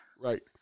Right